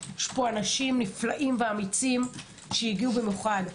יש פה אנשים נפלאים ואמיצים שהגיעו במיוחד.